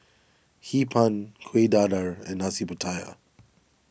Hee Pan Kuih Dadar and Nasi Pattaya